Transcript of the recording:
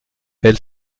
elle